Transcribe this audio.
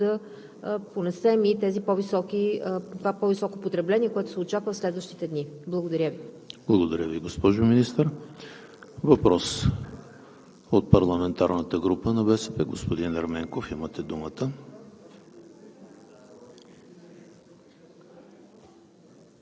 така че електроенергийната система на страната е стабилна и сме в готовност да понесем и това по-високо потребление, което се очаква в следващите дни. Благодаря Ви. ПРЕДСЕДАТЕЛ ЕМИЛ ХРИСТОВ: Благодаря Ви, госпожо Министър. Въпрос от парламентарната група на БСП? Господин Ерменков, имате думата.